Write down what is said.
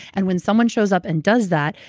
and when someone shows up and does that,